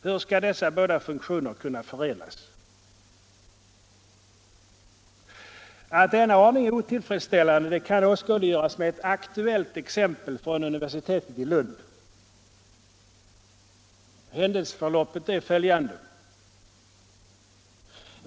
Hur skall dessa båda funktioner kunna förenas? Att denna ordning är otillfredsställande kan åskådliggöras med ett aktuellt exempel från universitetet i Lund. Händelseförloppet är följande.